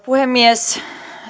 puhemies